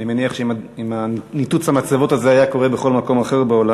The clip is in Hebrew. אני מניח שאם ניתוץ המצבות הזה היה קורה בכל מקום אחר בעולם,